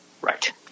Right